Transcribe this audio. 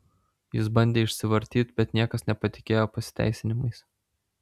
jis bandė išsivartyt bet niekas nepatikėjo pasiteisinimais